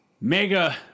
Mega